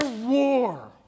war